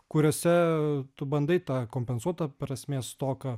kuriose tu bandai tą kompensuot tą prasmės stoką